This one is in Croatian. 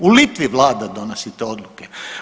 U Litvi vlada donosi te odluke.